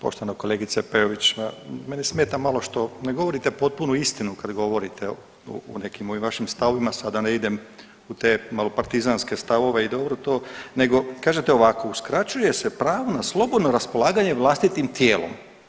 Poštovana kolegice Peović, mene smeta malo što ne govorite potpunu istinu kad govorite o nekim ovim vašim stavovima, sad da ne idem u te malo partizanske stavove i dobro to, nego kažete ovako, uskraćuje se pravo na slobodno raspolaganje vlastitim tijelo.